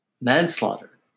manslaughter